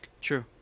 True